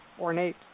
ornate